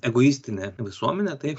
egoistinę visuomenę taip